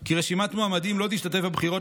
כי רשימת מועמדים לא תשתתף בבחירות